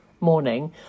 morning